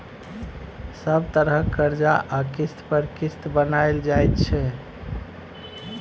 सब तरहक करजा आ किस्त पर किस्त बनाएल जाइ छै